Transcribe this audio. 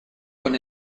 con